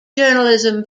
journalism